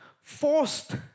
forced